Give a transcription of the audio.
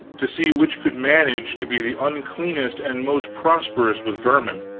to see which could manage to be the uncleanest and most prosperous with vermin.